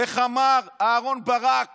איך אמר אהרן ברק